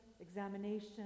examination